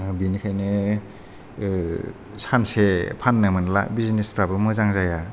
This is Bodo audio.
बिनिखायनो सानसे फाननो मोनब्ला बिजिनेसफ्राबो मोजां जाया